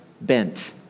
bent